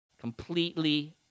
Completely